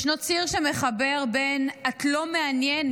ישנו ציר שמחבר בין "את לא מעניינת,